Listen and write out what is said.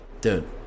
Dude